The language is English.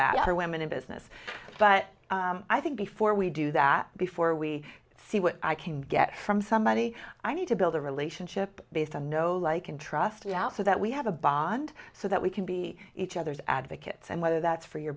that other women in business but i think before we do that before we see what i can get from somebody i need to build a relationship based on know like and trust me out so that we have a bond so that we can be each other's advocates and whether that's for your